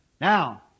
Now